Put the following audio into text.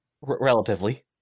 Relatively